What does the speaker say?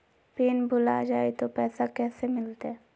Pin भूला जाई तो पैसा कैसे मिलते?